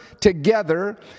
together